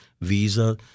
visa